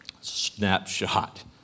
snapshot